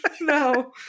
no